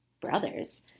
brothers